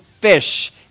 fish